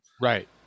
right